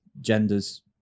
gender's